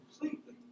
completely